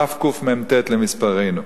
תקמ"ט למספרנו.